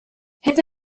هذا